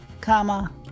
comma